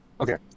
Okay